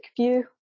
view